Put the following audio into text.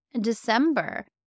December